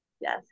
yes